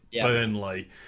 Burnley